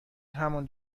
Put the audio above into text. همان